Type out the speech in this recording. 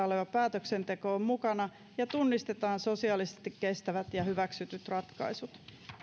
oleva päätöksenteko on mukana ja tunnistetaan sosiaalisesti kestävät ja hyväksytyt ratkaisut